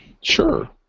Sure